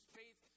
faith